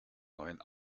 neuen